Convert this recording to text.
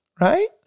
right